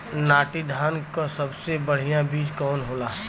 नाटी धान क सबसे बढ़िया बीज कवन होला?